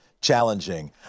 challenging